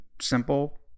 simple